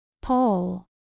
Paul